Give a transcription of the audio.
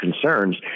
concerns